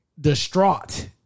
distraught